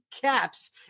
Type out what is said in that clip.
caps